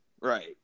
Right